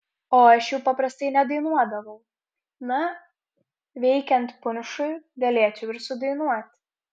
o aš jų paprastai nedainuodavau na veikiant punšui galėčiau ir sudainuoti